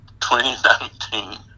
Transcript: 2019